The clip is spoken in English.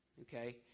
Okay